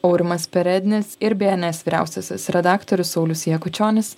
aurimas perednis ir bns vyriausiasis redaktorius saulius jakučionis